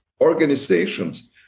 organizations